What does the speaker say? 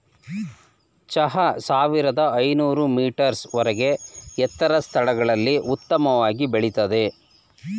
ಚಹಾ ಸಾವಿರ್ದ ಐನೂರ್ ಮೀಟರ್ಸ್ ವರ್ಗೆ ಎತ್ತರದ್ ಸ್ಥಳದಲ್ಲಿ ಉತ್ತಮವಾಗ್ ಬೆಳಿತದೆ